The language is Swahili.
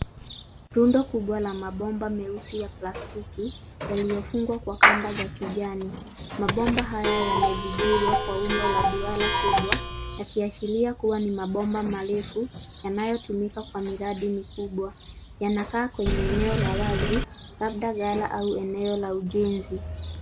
Rundo kubwa la mabomba meusi ya plastiki yaliyofungwa kwa kamba za kijani. Mabomba haya yamefigirwa kwa la duara kubwa yakiashiria kuwa ni mabomba marefu yanayotumika kwa miradi mikubwa. Yanakaa kwenye eneo la wazi labda gala au eneo la ujenzi.